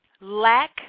lack